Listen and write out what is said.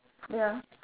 ya